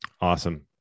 Awesome